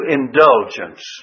indulgence